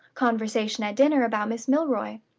conversation at dinner about miss milroy.